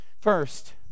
First